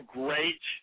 great